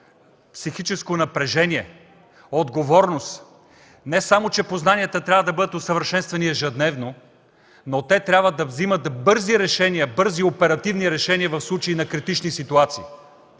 психическо напрежение, отговорност, не само че познанията трябва да бъдат усъвършенствани ежедневно, но те трябва да вземат бързи оперативни решения в случай на критични ситуации.